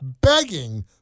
begging